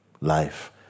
Life